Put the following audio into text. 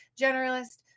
generalist